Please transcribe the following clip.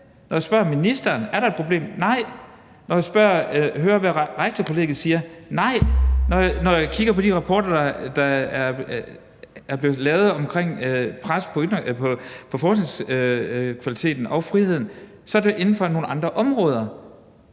Når jeg spørger ministeren, om der er et problem, får jeg et nej. Når jeg hører, hvad Rektorkollegiet siger, får jeg et nej. Når jeg kigger på de rapporter, der er blevet lavet, om presset på forskningskvaliteten og -friheden, er det inden for nogle andre områder.